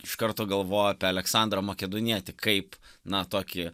iš karto galvojo apie aleksandrą makedonietį kaip na tokį